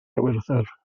ewythr